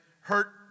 hurt